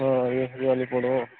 ହଁ ଯିବା ଲାଗି ପଡ଼ିବ